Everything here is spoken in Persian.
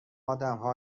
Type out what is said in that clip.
آدمها